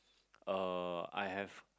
uh I have